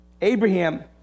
Abraham